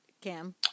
Cam